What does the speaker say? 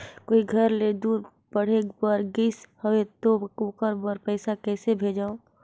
कोई घर ले दूर पढ़े बर गाईस हवे तो ओकर बर पइसा कइसे भेजब?